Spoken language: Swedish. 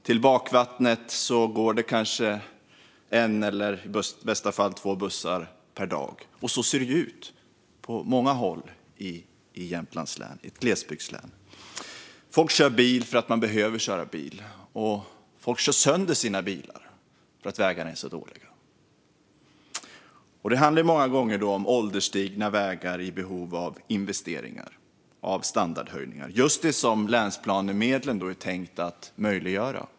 Till Bakvattnet går det kanske en eller i bästa fall två bussar per dag, och så ser det ut på många håll i Jämtlands län och andra glesbygdslän. Folk kör bil för att man behöver köra bil. Folk kör också sönder sina bilar eftersom vägarna är så dåliga. Det handlar många gånger om ålderstigna vägar i behov av investeringar och standardhöjningar, just det som länsplanemedlen är tänkta att möjliggöra.